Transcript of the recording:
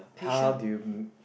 how do you